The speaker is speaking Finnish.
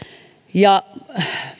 ja